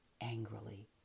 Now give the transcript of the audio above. angrily